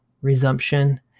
resumption